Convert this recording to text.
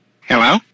Hello